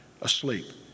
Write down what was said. asleep